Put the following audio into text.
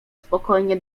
spokojnie